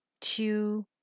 two